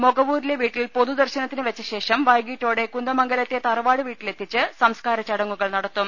മൊകവൂരിലെ വീട്ടിൽ പൊതുദർശനത്തിന് വെച്ച ശേഷം വൈകീട്ടോടെ കുന്ദമംഗലത്തെ തറവാട് വീട്ടിലെത്തിച്ച് സംസ്കാര ചടങ്ങുകൾ നടത്തും